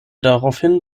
daraufhin